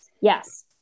yes